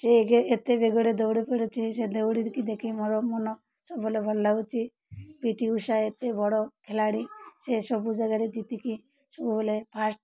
ସେ ଏତେ ବେଗରେ ଦୌଡ଼ି ପଡ଼ୁଛି ସେ ଦୌଡ଼ିକି ଦେଖି ମୋର ମନ ସବୁବେଳେ ଭଲ ଲାଗୁଛି ପି ଟି ଉଷା ଏତେ ବଡ଼ ଖେଳାଳି ସେ ସବୁ ଜାଗାରେ ଜିତିକି ସବୁବେଳେ ଫାଷ୍ଟ